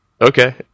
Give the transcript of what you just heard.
okay